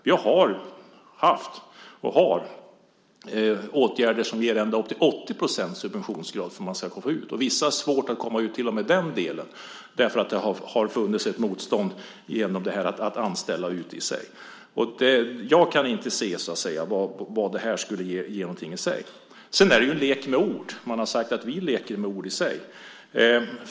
Vi har haft och har åtgärder som ger ända upp till 80 % subventionsgrad för att man ska kunna få komma ut, och vissa har svårt att komma ut till och med då därför att det har funnits ett motstånd mot att anställa. Jag kan inte se vad det här skulle ge för någonting. Sedan är det en lek med ord. Man har sagt att vi leker med ord.